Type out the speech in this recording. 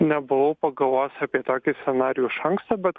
nebuvau pagalvojęs apie tokį scenarijų iš anksto bet